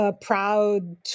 proud